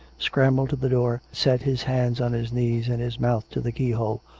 scrambled to the door, set his hands on his knees and his mouth to the keyhole.